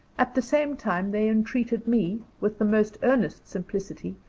at the same time they entreated me, with the most earnest simplicity,